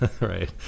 Right